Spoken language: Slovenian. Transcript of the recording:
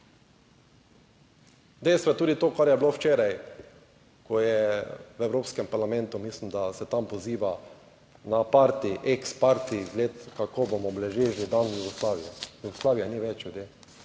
je tudi to, kar je bilo včeraj, ko je v Evropskem parlamentu, mislim, da se tam poziva na party, ex party, kako bomo obeležili dan Jugoslavije. Jugoslavije ni več, ljudje.